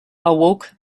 awoke